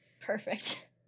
Perfect